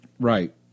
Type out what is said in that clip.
Right